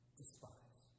despise